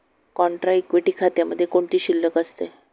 Contra equity खात्यामध्ये कोणती शिल्लक असते?